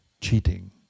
cheating